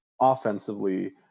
offensively